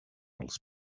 els